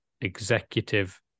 executive